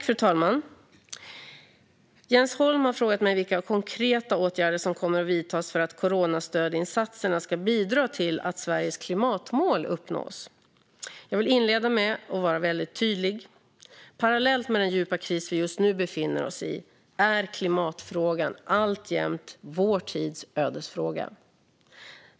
Fru talman! har frågat mig vilka konkreta åtgärder som kommer att vidtas för att coronastödinsatserna ska bidra till att Sveriges klimatmål uppnås. Jag vill inleda med att vara väldigt tydlig. Parallellt med den djupa kris vi just nu befinner oss i är klimatfrågan alltjämt vår tids ödesfråga.